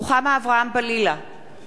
אינה נוכחת